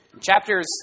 Chapters